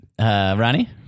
Ronnie